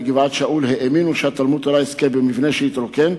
בגבעת-שאול האמינו שהתלמוד-תורה יזכה במבנה שהתרוקן,